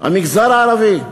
המגזר הערבי,